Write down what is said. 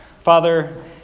Father